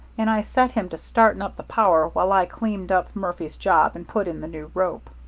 and i set him to starting up the power while i cleaned up murphy's job and put in the new rope.